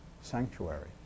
sanctuary